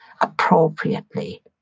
appropriately